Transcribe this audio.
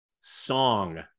song